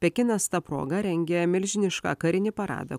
pekinas ta proga rengia milžinišką karinį paradą